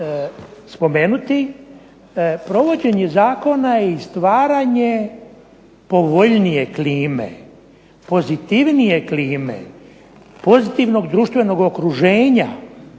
spomenuti, provođenje Zakona i stvaranje povoljnije klime, pozitivnije klime, pozitivnog društvenog okruženja